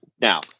Now